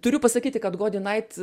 turiu pasakyti kad gody nait